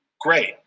great